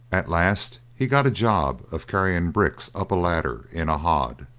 at last he got a job of carrying bricks up a ladder in a hod,